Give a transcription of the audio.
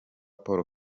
paul